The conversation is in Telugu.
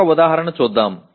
మరొక ఉదాహరణ చూద్దాం